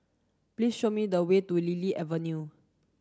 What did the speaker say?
please show me the way to Lily Avenue